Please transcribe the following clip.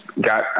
got